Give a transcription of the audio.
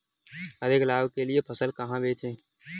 अधिक लाभ के लिए फसल कहाँ बेचें?